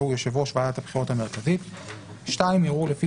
יקראו "יושב ראש ועדת הבחירות המרכזית"; (2) ערעור לפי